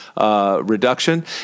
Reduction